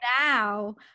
now